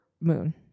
moon